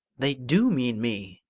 they do mean me!